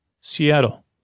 Seattle